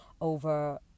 over